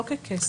לא ככסף.